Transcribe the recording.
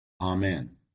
Amen